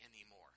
anymore